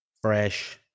fresh